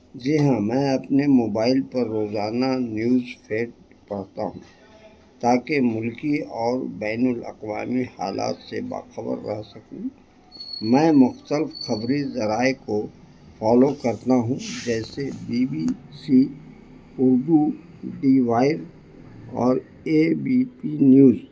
جی ہاں میں اپنے موبائل پر روزانہ نیوز فیڈ پڑھتا ہوں تاکہ ملکی اور بین الاقوامی حالات سے باخبر رہ سکوں میں مختلف خبریں ذرائع کو فالو کرتا ہوں جیسے B B C Urdu D Y اور اے بی پی نیوز